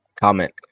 comment